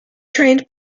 trained